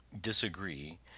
disagree